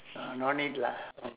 uh no need lah